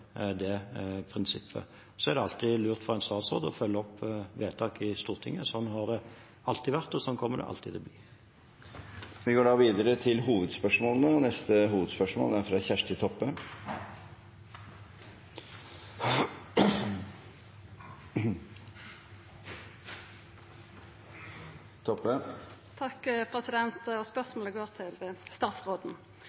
det prinsippet. Det er alltid lurt for en statsråd å følge opp stortingsvedtak. Sånn har det alltid vært, og sånn kommer det alltid til å være. Vi går videre til neste hovedspørsmål. Spørsmålet mitt går til statsråd Høie. Regjeringa fører ein sjukehuspolitikk med nye omgrep for akuttkirurgi som ikkje er fagleg forankra. I Nasjonal helse- og